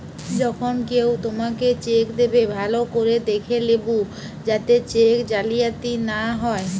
যখন কেও তোমাকে চেক দেবে, ভালো করে দেখে লেবু যাতে চেক জালিয়াতি না হয়